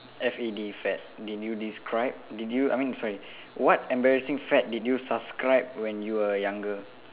F A D fad did you describe did you I mean sorry what embarrassing fad did you subscribe when you were younger